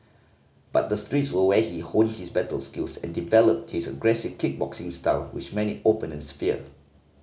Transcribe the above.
but the streets were where he honed his battle skills and developed his aggressive kickboxing style which many opponents fear